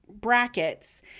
brackets